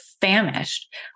famished